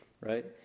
right